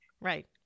Right